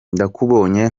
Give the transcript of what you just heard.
ndakubonye